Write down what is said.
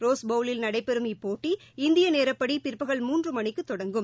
ரோஸ்பவுலில் நடைபெறும் இப்போட்டி இந்திய நேரப்படி பிற்பகல் மூன்று மணிக்கு தொடங்கும்